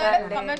גדול.